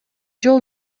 жол